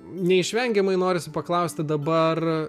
neišvengiamai norisi paklausti dabar